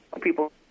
people